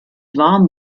warm